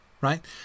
Right